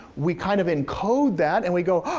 we kind of encode that and we go,